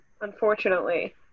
unfortunately